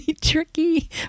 tricky